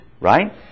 Right